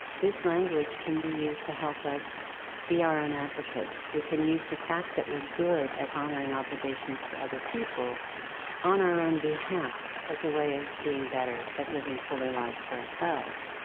this language can be used to help us be our own advocates. we can use the fact that we're good at honouring obligations to other people on our own behalf, as a way of being better and living fuller lives for ourselves.